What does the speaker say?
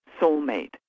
soulmate